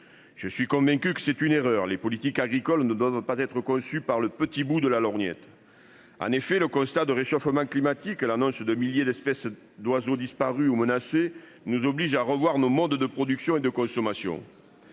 Je suis convaincu que c'est une erreur, les politiques agricoles ne doivent pas être conçu par le petit bout de la lorgnette. En effet, le constat de réchauffement climatique. L'annonce de milliers d'espèces d'oiseaux disparus ou menacés nous oblige à revoir nos modes de production et de consommation.